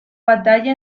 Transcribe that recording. batalla